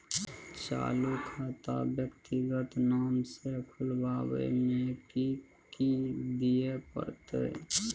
चालू खाता व्यक्तिगत नाम से खुलवाबै में कि की दिये परतै?